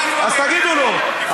אז תגידו לו.